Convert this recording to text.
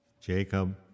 Jacob